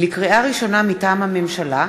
לקריאה ראשונה, מטעם הממשלה: